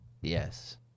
yes